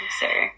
sir